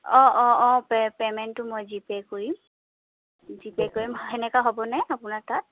অঁ অঁ অঁ পে' পে'মেণ্টটো মই জি পে' কৰিম জি পে' কৰিম সেনেকৈ হ'বনে আপোনাৰ তাত